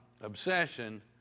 obsession